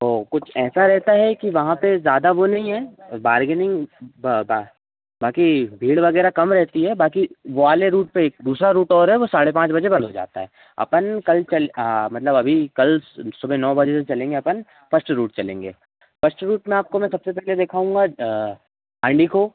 तो कुछ रहता है कि वहाँ पर ज़्यादा वो नहीं है और बारगेनिंग बाकी भीड़ वगैरह कम रहती है बाकी वो वाले रूट पर एक दूसरा रूट और है वो साढ़े पाँच बजे बंद हो जाता है अपन कल चल मतलब अभी कल सुबह नौ बजे से चलेंगे अपन फ़स्ट रूट चलेंगे फ़स्ट रूट में आपको मैं सबसे पहले देखाऊँगा हांडी को